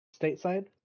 stateside